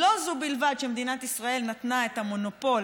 לא זו בלבד שמדינת ישראל נתנה את המונופול,